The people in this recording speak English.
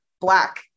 black